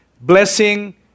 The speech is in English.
Blessing